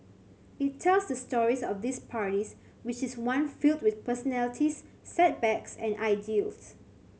it tells the stories of these parties which is one filled with personalities setbacks and ideals